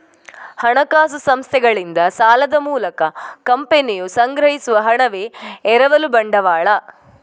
ಹಣಕಾಸು ಸಂಸ್ಥೆಗಳಿಂದ ಸಾಲದ ಮೂಲಕ ಕಂಪನಿಯು ಸಂಗ್ರಹಿಸುವ ಹಣವೇ ಎರವಲು ಬಂಡವಾಳ